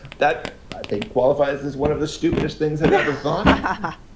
that i think qualifies as one of the stupidest things i've ever ah